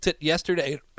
yesterday